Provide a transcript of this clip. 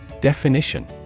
Definition